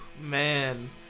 Man